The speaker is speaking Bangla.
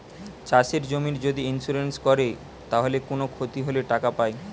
চাষের জমির যদি ইন্সুরেন্স কোরে তাইলে কুনো ক্ষতি হলে টাকা পায়